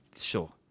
Sure